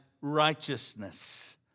righteousness